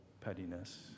pettiness